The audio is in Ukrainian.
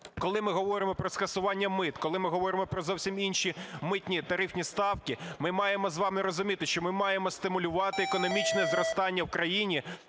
Коли ми говоримо про скасування мит, коли ми говоримо про зовсім інші тарифні ставки, ми маємо з вами розуміти, що ми маємо стимулювати економічне зростання в країні,